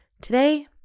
Today